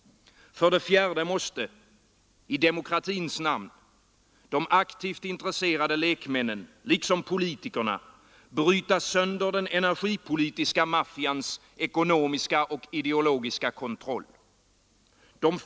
För det fjärde måste — i demokratins namn — de aktivt intresserade lekmännen liksom politikerna bryta sönder den energipolitiska maffians ekonomiska och ideologiska kontroll.